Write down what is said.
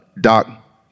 Doc